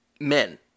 men